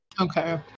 okay